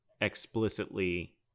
explicitly